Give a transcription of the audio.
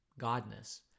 godness